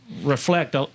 reflect